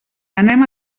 anem